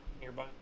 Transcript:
nearby